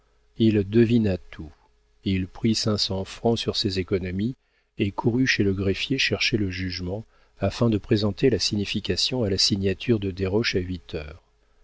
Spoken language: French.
il devina tout il prit cinq cents francs sur ses économies et courut chez le greffier chercher le jugement afin de présenter la signification à la signature de desroches à huit heures